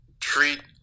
Treat